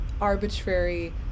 arbitrary